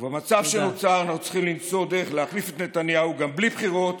במצב שנוצר אנחנו צריכים למצוא דרך להחליף את נתניהו גם בלי בחירות,